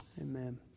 Amen